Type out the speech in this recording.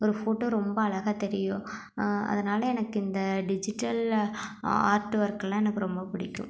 ஒரு ஃபோட்டோ ரொம்ப அழகாக தெரியும் அதனால் எனக்கு இந்த டிஜிட்டலில் ஆர்ட் ஒர்க்லாம் எனக்கு ரொம்ப பிடிக்கும்